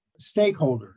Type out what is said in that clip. stakeholders